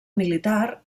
militar